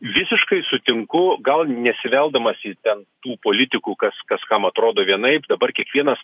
visiškai sutinku gal nesiveldamas į ten tų politikų kas kas kam atrodo vienaip dabar kiekvienas